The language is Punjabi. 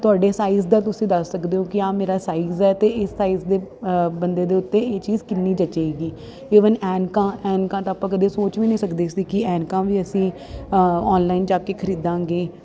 ਤੁਹਾਡੇ ਸਾਈਜ਼ ਦਾ ਤੁਸੀਂ ਦੱਸ ਸਕਦੇ ਹੋ ਕਿ ਆਹ ਮੇਰਾ ਸਾਈਜ਼ ਹੈ ਅਤੇ ਇਸ ਸਾਈਜ਼ ਦੇ ਬੰਦੇ ਦੇ ਉੱਤੇ ਇਹ ਚੀਜ਼ ਕਿੰਨੀ ਜਚੇਗੀ ਈਵਨ ਐਨਕਾਂ ਐਨਕਾਂ ਤਾਂ ਆਪਾਂ ਕਦੇ ਸੋਚ ਵੀ ਨਹੀਂ ਸਕਦੇ ਸੀ ਕਿ ਐਨਕਾਂ ਵੀ ਅਸੀਂ ਆਨਲਾਈਨ ਜਾ ਕੇ ਖਰੀਦਾਂਗੇ